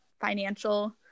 financial